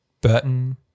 Burton